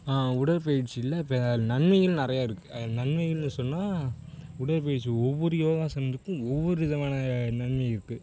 உடற்பயிற்சியில் இப்போ நன்மைகள் நிறையா இருக்குது அதில் நன்மைகள்னு சொன்னால் உடற்பயிற்சி ஒவ்வொரு யோகாசனத்துக்கும் ஒவ்வொரு விதமான நன்மை இருக்குது